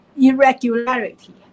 irregularity